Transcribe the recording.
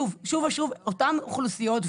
שוב ושוב אותן אוכלוסיות.